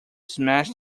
smash